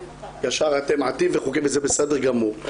ישר אתם עטים וחוקרים וזה בסדר גמור,